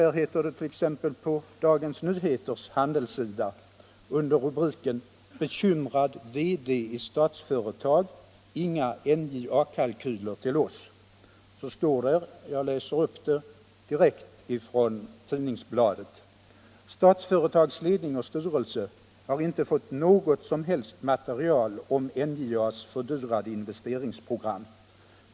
Det heter t.ex. på Dagens Nyheters handelssida under rubriken ”Bekymrad VD i Statsföretag: Inga NJA-kalkyler till oss”: ”Statsföretags ledning och styrelse har inte fått något som helst material om NJA:s fördyrade investeringsprogram.